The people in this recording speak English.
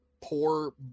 poor